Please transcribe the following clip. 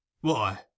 Why